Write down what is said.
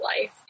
life